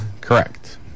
Correct